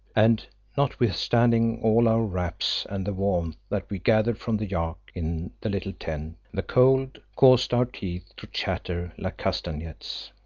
and notwithstanding all our wraps and the warmth that we gathered from the yak in the little tent, the cold caused our teeth to chatter like castanets.